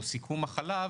גבינות קשות ואבקת חלב.